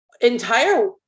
entire